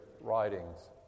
writings